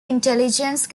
intelligence